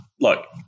Look